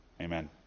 Amen